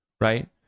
Right